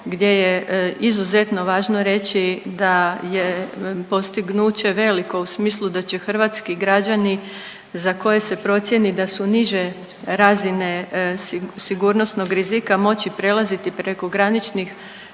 gdje je izuzetno važno reći da je postignuće veliko u smislu da će hrvatski građani za koje se procijeni da su niže razine sigurnosnog rizika moći prelaziti preko graničnih